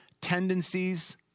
tendencies